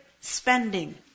spending